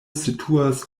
situas